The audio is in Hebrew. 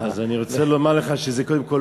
אז אני רוצה לומר לך: קודם כול,